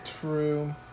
true